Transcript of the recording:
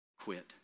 quit